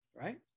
right